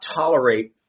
tolerate